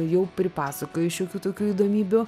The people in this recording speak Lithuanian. jau pripasakojus šiokių tokių įdomybių